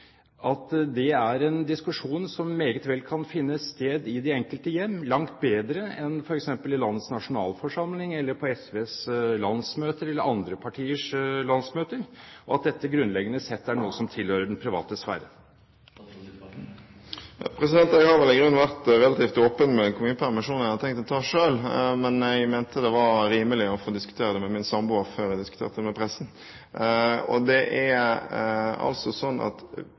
så det, er en diskusjon som meget vel kan finne sted i de enkelte hjem – langt bedre enn f.eks. i landets nasjonalforsamling eller på SVs landsmøte eller andre partiers landsmøter – og at dette grunnleggende sett er noe som tilhører den private sfære? Jeg har vel i grunnen vært relativt åpen med hvor mye permisjon jeg har tenkt å ta selv, men jeg mente det var rimelig å få diskutere det med min samboer før jeg diskuterte det med pressen. Det er altså sånn at